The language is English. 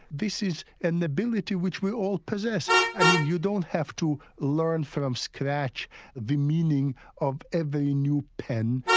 this is an ability which we all possess. i mean, you don't have to learn from scratch the meaning of every new pen,